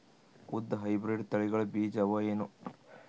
ಉದ್ದ ಹೈಬ್ರಿಡ್ ತಳಿಗಳ ಬೀಜ ಅವ ಏನು?